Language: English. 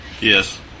Yes